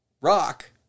rock